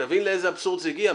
תבין לאיזה אבסורד זה הגיע.